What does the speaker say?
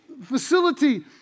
facility